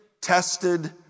tested